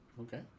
Okay